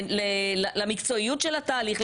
למקצועיות של התהליך,